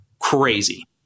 Crazy